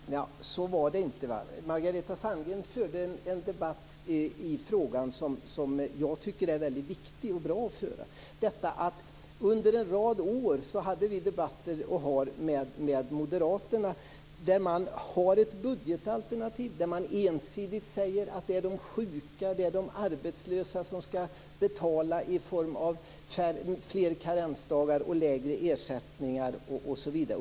Fru talman! Så var det inte. Margareta Sandgren förde en diskussion i frågan som jag tycker är viktig. Under en rad år har vi haft debatter med moderaterna. I moderaternas budgetalternativ säger man ensidigt att det är de sjuka och de arbetslösa som ska betala i form av fler karensdagar, lägre ersättning osv.